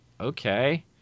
Okay